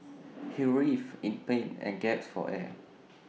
he writhed in pain and gasped for air